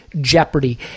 jeopardy